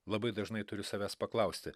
labai dažnai turi savęs paklausti